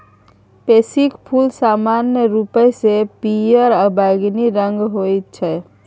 पैंसीक फूल समान्य रूपसँ पियर आ बैंगनी रंगक होइत छै